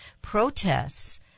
protests